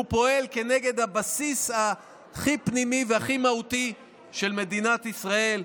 פועל נגד הבסיס הכי פנימי והכי מהותי של מדינת ישראל,